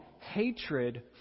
hatred